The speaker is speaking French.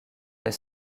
les